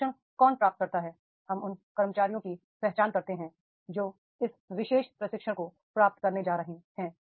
प्रशिक्षण कौन प्राप्त करता है हम उन कर्मचारियों की पहचान करते हैं जो इस विशेष प्रशिक्षण को प्राप्त करने जा रहे हैं